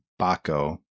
baco